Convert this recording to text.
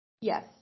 Yes